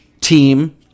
team